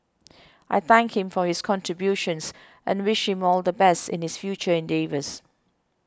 I thank him for his contributions and wish him all the best in his future endeavours